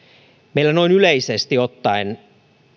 meillä noin yleisesti ottaen